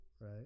right